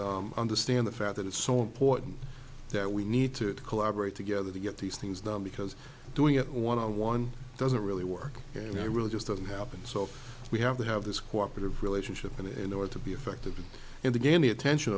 understand the fact that it's so important that we need to collaborate together to get these things done because doing it one on one doesn't really work you know really just doesn't happen so we have to have this cooperative relationship and in order to be effective in the game the attention